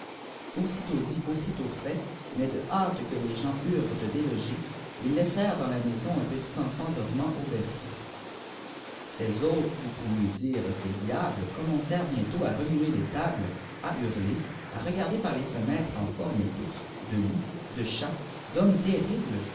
aussitôt dit aussitôt fait mais de hâte que les gens eurent de délcer ils laissèrent dans la maison un petit enfant dormant au berceau ces hôtes ou pour mieux dire ces diables commencèrent bientét à remuer les tables à hurler à regarder par les fenêtres en forme d'ours de loups de chats d'hommes terribles